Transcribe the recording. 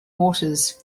waters